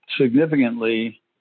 significantly